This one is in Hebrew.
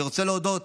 אני רוצה להודות